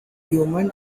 human